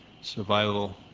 survival